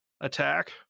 attack